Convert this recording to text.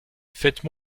faites